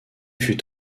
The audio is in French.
fut